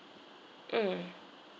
mm